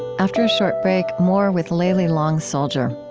after a short break, more with layli long soldier.